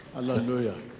Hallelujah